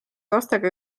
lastega